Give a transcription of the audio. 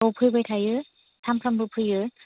औ फैबाय थायो सानफ्रोमबो फैयो